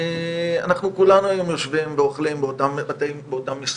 אנחנו כולנו היום יושבים ואוכלים באותן מסעדות,